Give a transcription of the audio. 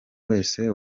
wese